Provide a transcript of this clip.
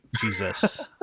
Jesus